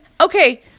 okay